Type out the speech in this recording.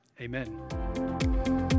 amen